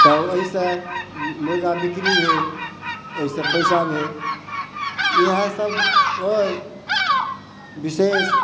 तऽ ओहि से मुर्गा बिक्री भेल ओहि से पैसा भेल इएह सब अइ बिशेष